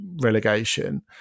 relegation